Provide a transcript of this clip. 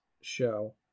show